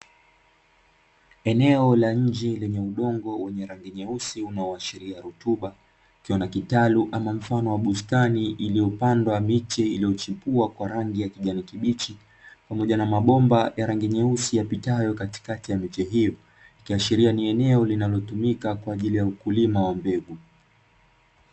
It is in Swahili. Eneo la nje lenye udongo wenye rangi nyeusi unaoashiria rutuba, ikiwa na kitalu ama mfano wa bustani iliyopandwa miche iliyochipua kwa rangi ya kijani kibichi pamoja na mabomba ya rangi nyeusi yapitayo katikati ya miche hiyo, ikiashiria ni eneo linalotumika kwa ajili ya ukulima wa mbegu.